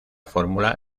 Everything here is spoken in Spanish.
fórmula